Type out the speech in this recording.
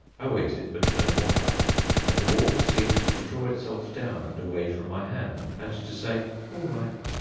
i waited, but no more happened, and the water seemed to draw itself down and away from my hand, and to say all right.